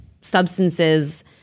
substances